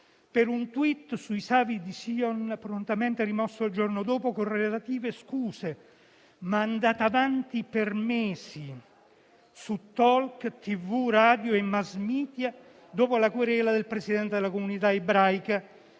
per un *tweet* sui Savi di Sion, prontamente rimosso il giorno dopo con relative scuse, ma andata avanti per mesi su *talk show*, TV, radio e *mass media*, dopo la querela del Presidente della comunità ebraica,